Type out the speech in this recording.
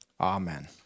Amen